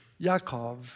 Yaakov